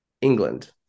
England